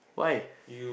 why